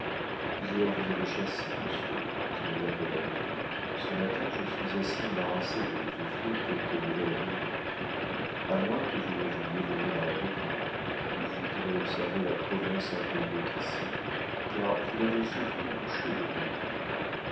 hier vous avez chassé monsieur dit madame de la baudraye ce matin je suis assez embarrassée de vous offrir quelque nouvel amusement à moins que vous ne vouliez venir à la baudraye où vous pourrez observer la province un peu mieux qu'ici car vous n'avez fait qu'une bouchée de